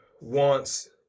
wants